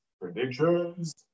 Predictions